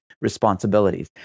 responsibilities